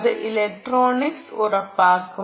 അത് ഇലക്ട്രോണിക്സ് ഉറപ്പാക്കും